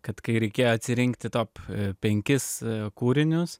kad kai reikėjo atsirinkti top penkis kūrinius